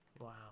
Wow